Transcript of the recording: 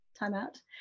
Timeout